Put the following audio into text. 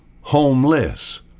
homeless